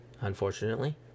Unfortunately